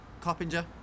Coppinger